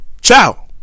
ciao